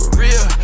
real